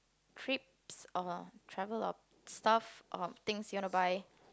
trips or travel or stuff or things you wanna buy